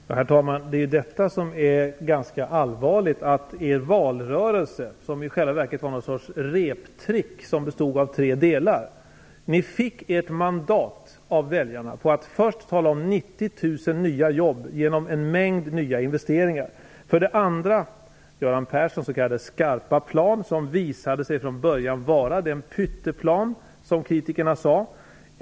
Herr talman! Det är detta som är ganska allvarligt. Er valrörelse var i själva verket något slags reptrick som bestod av tre delar. Ni fick ert mandat av väljarna genom att för det första tala om 90 000 nya jobb genom en mängd nya investeringar. För det andra: Göran Perssons s.k. skarpa plan visade sig från början vara den pytteplan som kritikerna sade.